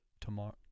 tomorrow